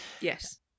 Yes